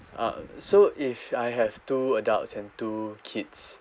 uh so if I have two adults and two kids